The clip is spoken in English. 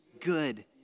good